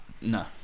no